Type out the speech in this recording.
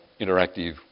interactive